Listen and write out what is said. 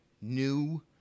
new